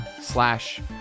slash